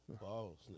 Balls